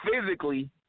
physically